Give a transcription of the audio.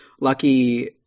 Lucky